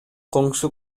коңшу